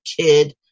kid